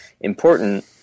important